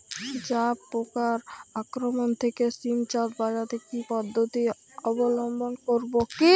জাব পোকার আক্রমণ থেকে সিম চাষ বাচাতে কি পদ্ধতি অবলম্বন করব?